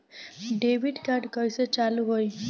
Debit card कइसे चालू होई?